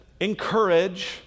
encourage